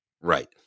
Right